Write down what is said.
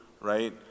right